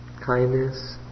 kindness